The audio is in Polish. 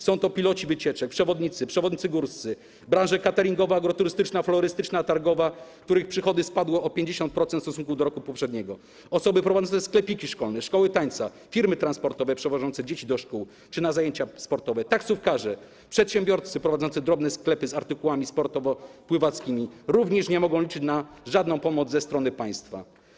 Są to piloci wycieczek, przewodnicy i przewodnicy górscy, branże: kateringowa, agroturystyczna, florystyczna, targowa, których przychody spadły o 50% w stosunku do roku poprzedniego, osoby prowadzące sklepiki szkolne, szkoły tańca, firmy transportowe przewożące dzieci do szkół czy na zajęcia sportowe, taksówkarze, przedsiębiorcy prowadzący drobne sklepy z artykułami sportowo-pływackimi, którzy również nie mogą liczyć na żadną pomoc ze strony państwa.